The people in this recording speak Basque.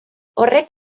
horrek